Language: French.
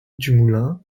dumoulin